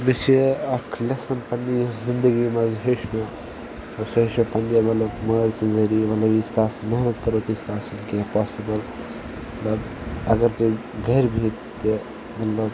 مےٚ چھِ اَکھ لٮ۪سَن پنٛنہِ یَتھ زِندگی منٛز ہیوٚچھمُت مطلب سُہ ہیوٚچھ مےٚ پنٛنہِ مطلب مٲلۍ سٕنٛز ذٔریعہِ مطلب ییٖتِس کالَس نہٕ محنت کَرو تیٖتِس کالَس چھِنہٕ کِہیٖنۍ پاسِبٕل مطلب اگر تُہۍ گَرِ بِہِتھ تہِ مطلب